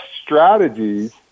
strategies